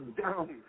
down